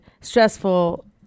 stressful